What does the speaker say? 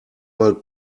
mal